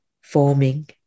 forming